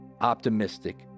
optimistic